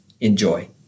Enjoy